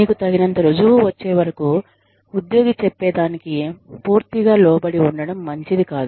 మీకు తగినంత రుజువు వచ్చేవరకు ఉద్యోగి చెప్పేదానికి పూర్తిగా లోబడి ఉండటం మంచిది కాదు